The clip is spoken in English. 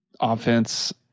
offense